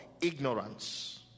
Ignorance